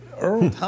Earl